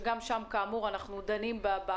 שגם בהם יש עניינים,